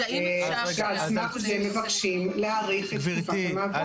שעל סמך זה מבקשים להאריך את תקופת המעבר.